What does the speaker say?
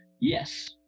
yes